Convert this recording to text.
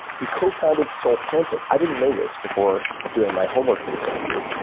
he co-founded soulpancake. i didn't know this before doing my homework for this interview,